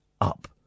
up